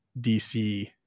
DC